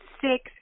six